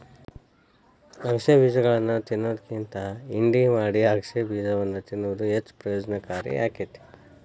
ಅಗಸೆ ಬೇಜಗಳನ್ನಾ ತಿನ್ನೋದ್ಕಿಂತ ಹಿಂಡಿ ಮಾಡಿ ಅಗಸೆಬೇಜವನ್ನು ತಿನ್ನುವುದು ಹೆಚ್ಚು ಪ್ರಯೋಜನಕಾರಿ ಆಕ್ಕೆತಿ